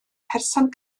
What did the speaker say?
person